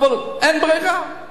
אבל אין ברירה.